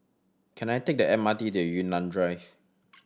can I take the M R T to Yunnan Drive